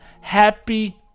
Happy